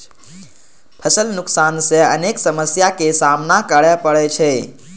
फसल नुकसान सं अनेक समस्या के सामना करै पड़ै छै